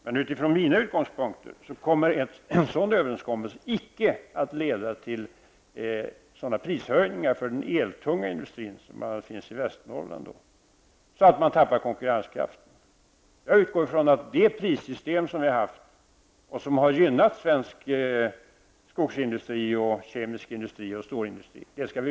Men från mina utgångspunkter kommer en sådan överenskommelse icke att leda till sådana prishöjningar för den eltunga industrin, som bl.a. finns i Västernorrland, att den tappar konkurrenskraft. Jag utgår från att vi även i fortsättningen skall behålla det prissystem som vi har haft och som har gynnat svensk skogsindustri, kemisk industi och stålindustri.